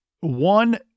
one